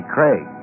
Craig